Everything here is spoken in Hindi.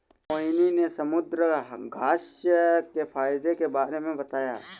मोहिनी ने समुद्रघास्य के फ़ायदे के बारे में बताया